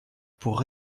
pour